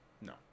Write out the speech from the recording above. No